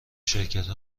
شرکت